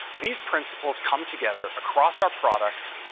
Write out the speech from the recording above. these principles come together across our products,